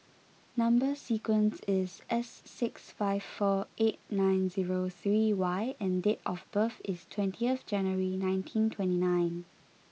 number sequence is S six five four eight nine zero three Y and date of birth is twentieth January nineteen twenty nine